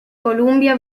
columbia